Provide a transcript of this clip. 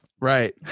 Right